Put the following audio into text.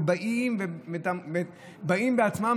והם באים בעצמם,